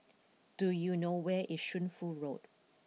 do you know where is Shunfu Road